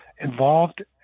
involved